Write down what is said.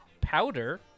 powder